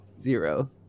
Zero